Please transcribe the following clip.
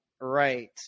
right